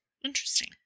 Interesting